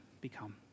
become